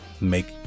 make